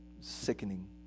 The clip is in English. Sickening